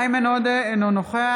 איימן עודה, אינו נוכח